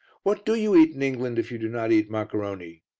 what do you eat in england if you do not eat maccaroni?